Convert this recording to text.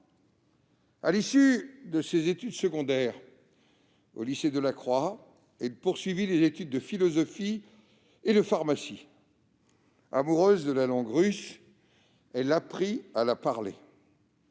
À l'issue de ses études secondaires au lycée Delacroix, elle poursuivit des études de philosophie et de pharmacie. Amoureuse de la langue russe, elle apprit à la parler.